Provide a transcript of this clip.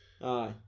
Aye